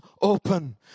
open